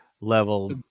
level